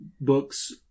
books